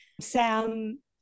Sam